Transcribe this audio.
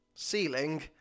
ceiling